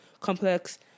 complex